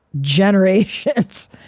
generations